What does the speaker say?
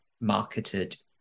marketed